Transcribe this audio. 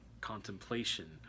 contemplation